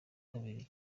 kabiri